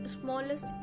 smallest